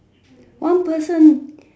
one person